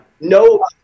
No